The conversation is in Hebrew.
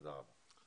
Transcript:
תודה רבה.